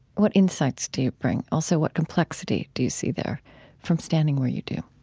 what insights do you bring? also what complexity do you see there from standing where you do?